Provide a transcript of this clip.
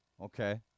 Okay